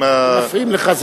מפריעים לך,